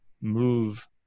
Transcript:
move